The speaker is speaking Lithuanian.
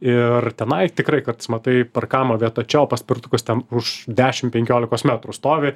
ir tenai tikrai kartais matai parkavimo vieta čia paspirtukas ten už dešim penkiolikos metrų stovi